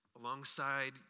alongside